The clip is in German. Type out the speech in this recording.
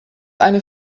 eine